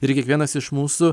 ir kiekvienas iš mūsų